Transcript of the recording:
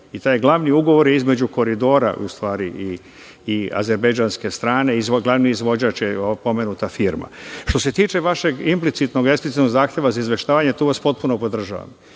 i taj glavni ugovor je između Koridora, u stvari, i azerbejdžanske strane, glavni izvođač je pomenuta firma. Što se tiče vašeg implicitnog, eksplicitnog zahteva za izveštavanje, tu vas potpuno podržavam